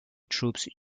troops